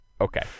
Okay